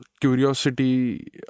curiosity